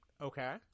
Okay